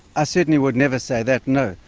i certainly would never say that, no.